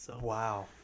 Wow